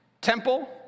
temple